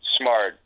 smart